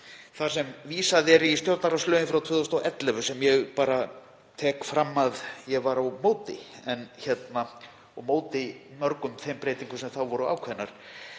þar sem vísað er í stjórnarráðslögin frá 2011, sem ég tek fram að ég var á móti; ég var á móti mörgum þeim breytingum sem þá voru ákveðnar.